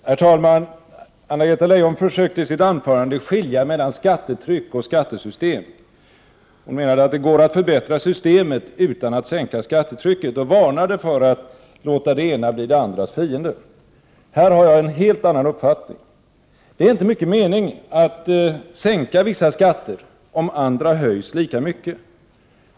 Herr talman! Anna-Greta Leijon försökte i sitt anförande skilja mellan skattetryck och skattesystem. Hon menade att det går att förbättra systemet utan att sänka skattetrycket och varnade för att låta det ena bli det andras fiende. Här har jag en helt annan uppfattning. Det är inte mycket mening med att sänka vissa skatter, om andra höjs lika mycket.